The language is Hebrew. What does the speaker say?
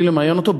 למיין אותו.